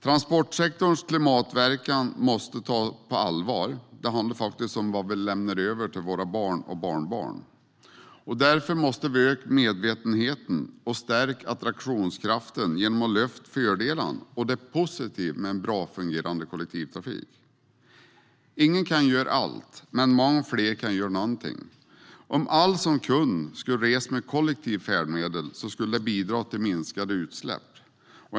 Transportsektorns klimatpåverkan måste tas på allvar. Det handlar faktiskt om vad vi lämnar över till våra barn och barnbarn, och därför måste vi öka medvetenheten och stärka attraktionskraften genom att lyfta fram fördelarna och det positiva med en bra och fungerande kollektivtrafik. Ingen kan göra allt, men många fler kan göra något. Om alla som kunde, skulle resa med kollektiva färdmedel, skulle det bidra till minskade utsläpp.